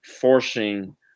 forcing